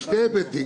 משני היבטים,